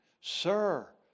Sir